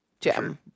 Gem